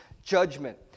judgment